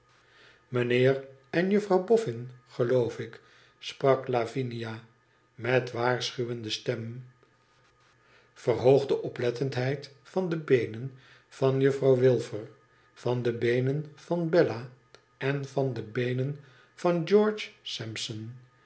mijnheer en juffrouw bofn geloof ik sprak lavinia met waarschuwende stem verhoogde oplettendheid van de beenen van juffrouw wilfer van de beenen van bella en van de beenen van george sampson